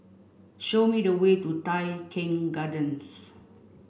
show me the way to Tai Keng Gardens